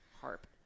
harp